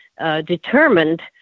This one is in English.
determined